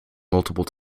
multiple